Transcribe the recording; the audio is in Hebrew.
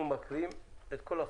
אנחנו מקריאים את כל החוק.